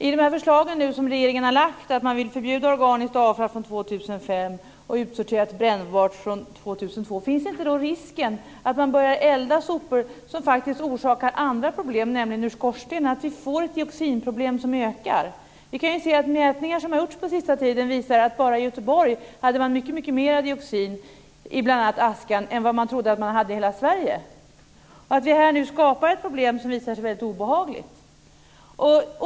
Regeringen har lagt fram förslag om att förbjuda deponering av organiskt avfall från 2005 och deponering av utsorterat brännbart avfall från 2002. Finns då inte risken att man börjar elda sopor, som faktiskt orsakar andra problem ur skorstenen? Vi får ett dioxinproblem som ökar. Vi kan se att mätningar som har gjorts på sista tiden visar att det bara i Göteborg fanns mycket mera dioxin i bl.a. askan än vad man trodde fanns i hela Skapar vi nu ett problem som visar sig vara väldigt obehagligt?